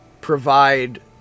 provide